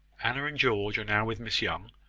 anna and george are now with miss young,